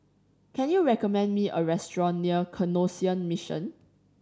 can you recommend me a restaurant near Canossian Mission